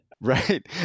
Right